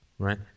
Right